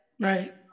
Right